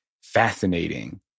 fascinating